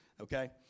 okay